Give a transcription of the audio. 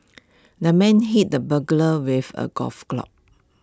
the man hit the burglar with A golf club